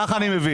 כך אני מבין.